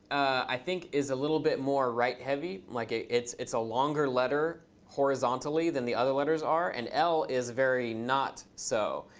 i think, is a little bit more right-heavy. like it's it's a longer letter horizontally than the other letters are. and l is very not so.